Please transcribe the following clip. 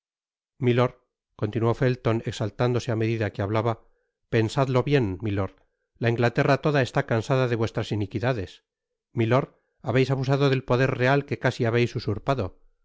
milord continuó felton exaltándose á medida que hablaba pensadlo bien milord la inglaterra toda está cansada de vuestras iniquidades milord ha beis abasado del poder real que casi habeis usurpado